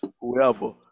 whoever